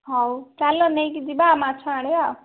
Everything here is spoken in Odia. ହଉ ଚାଲ ନେଇକି ଯିବା ମାଛ ଆଣିବା